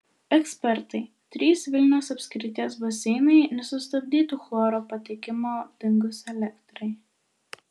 ekspertai trys vilniaus apskrities baseinai nesustabdytų chloro patekimo dingus elektrai